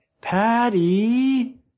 Patty